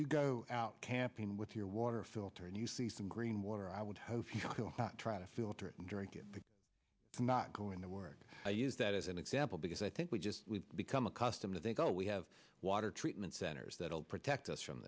you go out camping with your water filter and you see some green water i would hope you try to filter it and drink it not going to work i use that as an example because i think we just become accustomed to think oh we have water treatment centers that will protect us from